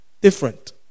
different